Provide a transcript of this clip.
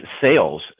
sales